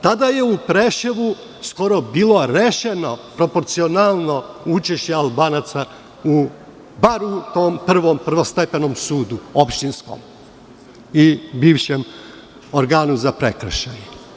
Tada je u Preševu skoro bila rešena proporcionalno učešće Albanaca, bar u tom prvostepenom sudu, opštinskom i bivšem organu za prekršaje.